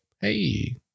hey